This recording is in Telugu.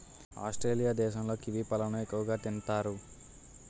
ఆస్ట్రేలియా దేశంలో కివి పళ్ళను ఎక్కువగా తింతారు